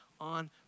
on